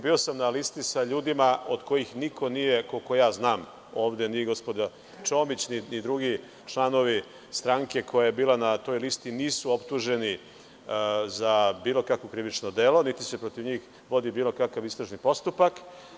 Bio sam na listi sa ljudima od kojih niko nije, koliko ja znam, ovde ni gospođa Čomić ni drugi članovi stranke koja je bila na toj listi, optužen za bilo kakvo krivično delo, niti se protiv njih vodi bilo kakav istražni postupak.